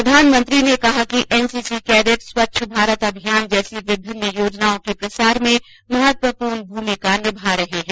प्रधानमंत्री ने कहा कि एनसीसी कैडेट स्वच्छ भारत अभियान जैसी विभिन्न योजनाओं के प्रसार में महत्वपूर्ण भूमिका निभा रहे हैं